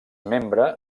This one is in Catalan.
membre